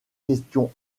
questions